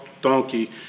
donkey